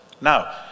Now